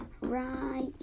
Right